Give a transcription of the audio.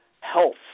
health